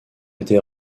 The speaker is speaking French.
était